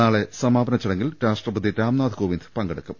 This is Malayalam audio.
നാളെ സമാപന ചടങ്ങിൽ രാഷ്ട്രപതി രാംനാഥ് കോവിന്ദ് പങ്കെ ടുക്കും